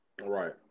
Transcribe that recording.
Right